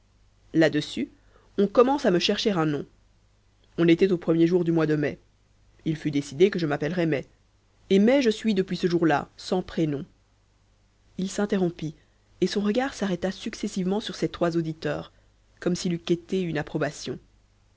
dessus on commence à me chercher un nom on était aux premiers jours du mois de mai il fut décidé que je m'appellerais mai et mai je suis depuis ce jour-là sans prénom il s'interrompit et son regard s'arrêta successivement sur ses trois auditeurs comme s'il eût quêté une approbation